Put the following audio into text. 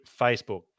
Facebook